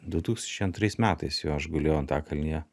du tūkstančiai antrais metais jo aš gulėjau antakalnyje